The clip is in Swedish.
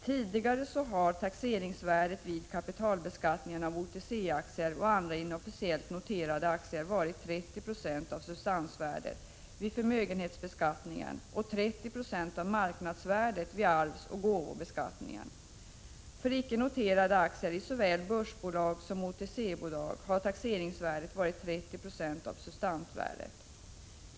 Tidigare har taxeringsvärdet vid kapitalbeskattningen av OTC-aktier och andra inofficiellt noterade aktier varit 30 960 av substansvärdet vid förmögenhetsbeskattning och 30 20 av marknadsvärdet vid arvsoch gåvobeskattning. För icke noterade aktier i såväl börsbolag som OTC-bolag har taxeringsvärdet varit 30 20 av substansvärdet.